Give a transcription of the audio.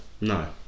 No